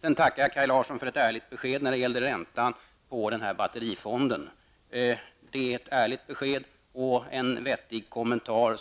Sedan tackar jag Kaj Larsson för ett ärligt besked när det gäller räntan på den här batterifonden. Det var ett ärligt besked och en vetlig kommentar.